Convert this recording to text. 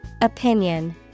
Opinion